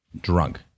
Drunk